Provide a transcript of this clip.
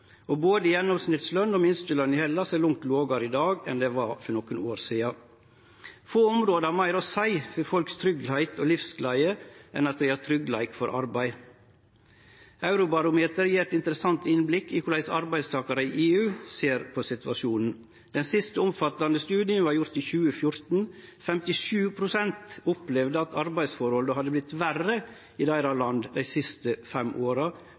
2002. Både gjennomsnittsløn og minsteløn i Hellas er langt lågare i dag enn for nokre år sidan. Få område har meir å seie for tryggleiken og livsgleda til folk enn at dei har tryggleik for arbeid. Eurobarometer gjev eit interessant innblikk i korleis arbeidstakarar i EU ser på situasjonen. Den siste omfattande studien vart gjord i 2014. 57 pst. opplevde at arbeidsforholda hadde vorte verre i landet deira dei siste fem åra,